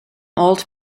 old